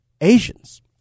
Asians